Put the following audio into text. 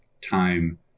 time